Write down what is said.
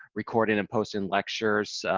recording and posting lectures,